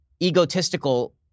egotistical